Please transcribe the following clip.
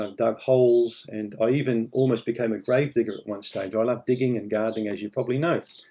um dug holes. and i even almost become a grave digger at one stage. i love digging and gardening, as you probably know.